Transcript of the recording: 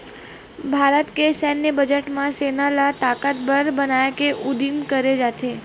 भारत के सैन्य बजट म सेना ल ताकतबर बनाए के उदिम करे जाथे